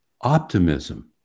optimism